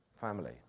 family